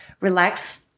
relax